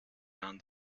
hand